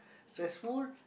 stressful